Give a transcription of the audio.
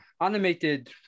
animated